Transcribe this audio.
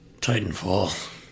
Titanfall